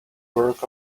work